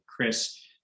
Chris